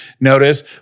notice